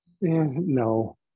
No